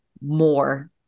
more